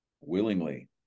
willingly